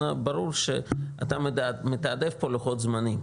ברור שאתה מתעדף פה לוחות זמנים,